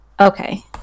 Okay